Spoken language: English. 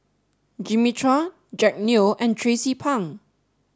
Jimmy Chua Jack Neo and Tracie Pang